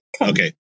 okay